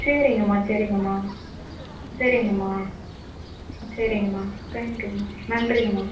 சரிங்கம்மா சரிங்கம்மா சரிங்கம்மா சரிங்கம்மா தேங்க்யூம்மா நன்றிங்கம்மா